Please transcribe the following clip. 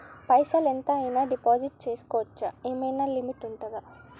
పైసల్ ఎంత అయినా డిపాజిట్ చేస్కోవచ్చా? ఏమైనా లిమిట్ ఉంటదా?